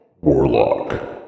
Warlock